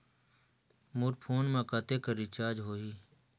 मोर phone मा कतेक कर रिचार्ज हो ही?